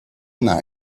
night